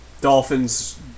Dolphins